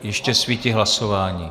Ještě svítí hlasování.